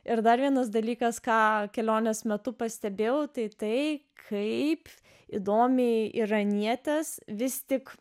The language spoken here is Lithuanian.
ir dar vienas dalykas ką kelionės metu pastebėjau tai tai kaip įdomiai iranietės vis tik